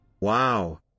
Wow